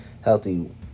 healthy